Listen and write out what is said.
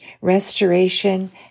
restoration